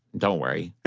don't worry.